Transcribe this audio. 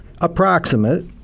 approximate